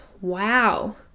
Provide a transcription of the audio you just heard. wow